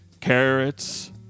Carrots